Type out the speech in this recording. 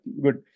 Good